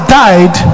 died